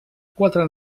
quatre